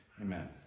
Amen